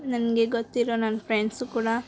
ನನಗೆ ಗೊತ್ತಿರೋ ನನ್ನ ಫ್ರೆಂಡ್ಸು ಕೂಡ